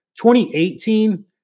2018